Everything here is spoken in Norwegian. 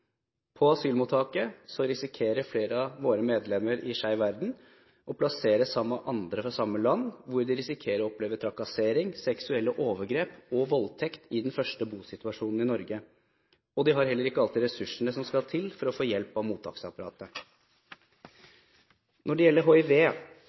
På asylmottaket risikerer flere av våre medlemmer i Skeiv Verden å bli plassert sammen med andre fra samme land, hvor de i den første bosituasjonen i Norge risikerer å oppleve trakassering, seksuelle overgrep og voldtekt. De har heller ikke alltid ressursene som skal til for å få hjelp av mottaksapparatet.